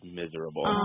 miserable